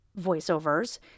voiceovers